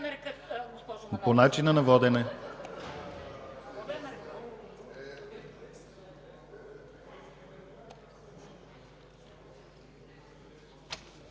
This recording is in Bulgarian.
по начина на водене.